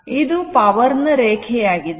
ಇದು ಪವರ್ ನ ರೇಖೆಯಾಗಿದೆ